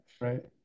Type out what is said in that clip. Right